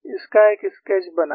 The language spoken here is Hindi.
इसका एक स्केच बनाएं